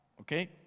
okay